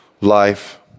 life